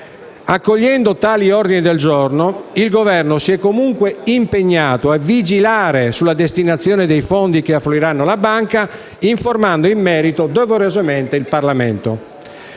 Accogliendo tali ordini del giorno, il Governo si è comunque impegnato a vigilare sulla destinazione dei fondi che affluiranno alla Banca, informando in merito, doverosamente, il Parlamento.